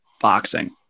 boxing